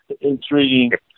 intriguing